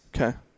Okay